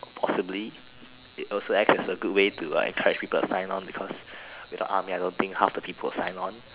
possibly it also acts as a good way to encourage people to sign on because without army I don't think half of the people would sign on